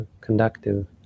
conductive